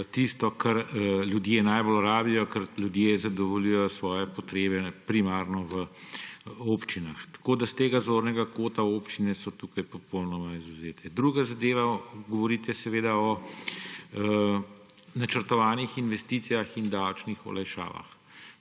tisto, kar ljudje najbolj rabijo, ker ljudje zadovoljujejo svoje potrebe primarno v občinah. Tako s tega zornega kota občine so tukaj popolnoma izvzete. Druga zadeva: govorite o načrtovanih investicijah in davčnih olajšavah.